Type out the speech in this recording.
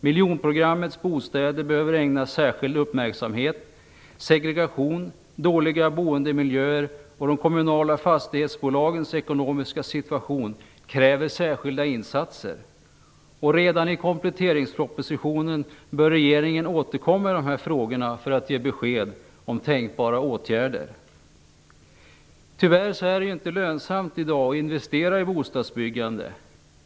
Miljonprogrammets bostäder behöver ägnas särskild uppmärksamhet. Segregation, dåliga boendemiljöer och de kommunala fastighetsbolagens ekonomiska situation kräver särskilda insatser. Regeringen bör redan i kompletteringspropositionen återkomma om dessa frågor för att ge besked om tänkbara åtgärder. Tyvärr är det i dag inte lönsamt att investera i bostadsbyggande.